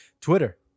Twitter